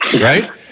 right